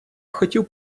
хотів